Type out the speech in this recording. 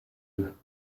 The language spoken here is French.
eux